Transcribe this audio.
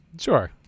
Sure